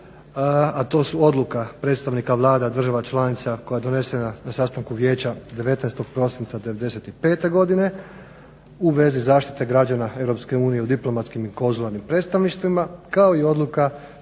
a to su odluka predstavnika Vlada država članica koja je donesena na sastanku Vijeća 19. prosinca 95. godine, u vezi zaštite građana Europske unije u diplomatskim i konzularnim predstavništvima kao i odluka predstavnika